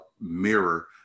mirror